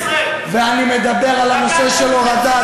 תבדוק את תקציב 2015. ואני מדבר על הנושא של הורדת,